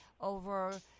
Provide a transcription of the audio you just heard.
over